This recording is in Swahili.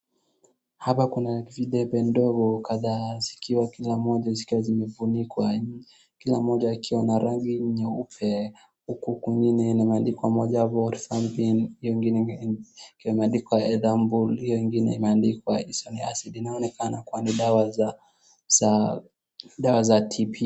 Hapa kuna vidonge vidogo kadhaa zikiwa kila moja zimefunikwa, kila moja ikiwa na rangi nyeupe. Huku kwingine inamaanisha mojawapo, " Rifampin ," yongine ikiwa imeandikwa " Ethambutol ," hiyo ingine imeandikwa " Isoniazid ." Naonekana kuwa ni dawa za, za dawa za TB .